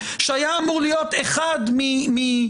שאני לא זקוק לייעוץ משפטי שיראה את מורכבות הדברים.